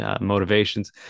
motivations